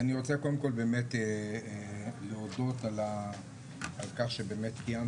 אני רוצה קודם כל באמת להודות על כך שבאמת קיימת